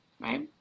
right